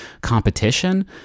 competition